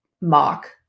mock